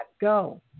go